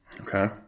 Okay